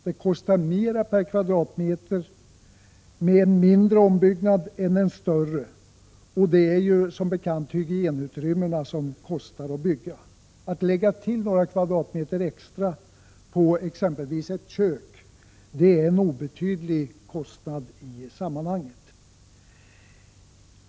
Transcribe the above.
Det kostar mer per kvadratmeter med en mindre ombyggnad än en större, och det är som bekant hygienutrymmena som verkligen kostar att bygga. Att lägga till några kvadratmeter extra på exempelvis ett kök innebär en obetydlig kostnad i det sammanhanget.